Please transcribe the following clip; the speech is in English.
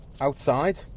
outside